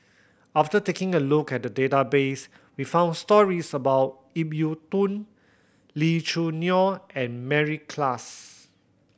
after taking a look at the database we found stories about Ip Yiu Tung Lee Choo Neo and Mary Klass